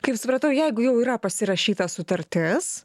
kaip supratau jeigu jau yra pasirašyta sutartis